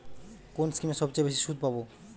কোন স্কিমে সবচেয়ে বেশি সুদ পাব?